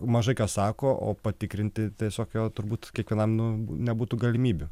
mažai ką sako o patikrinti tiesiog jo turbūt kiekvienam nu nebūtų galimybių